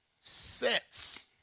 sets